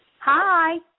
Hi